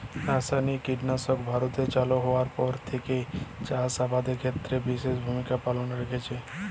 রাসায়নিক কীটনাশক ভারতে চালু হওয়ার পর থেকেই চাষ আবাদের ক্ষেত্রে বিশেষ ভূমিকা রেখেছে